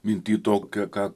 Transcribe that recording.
minty to apie ką